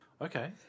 Okay